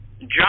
John